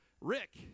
Rick